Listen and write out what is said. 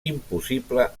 impossible